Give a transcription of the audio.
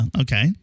okay